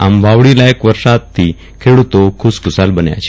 આમવાવણી લાયક વરસાદથી ખેડુતો ખુશખુશાલ બન્યા છે